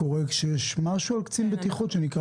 קורה שיש משהו על קצין בטיחות שנקרא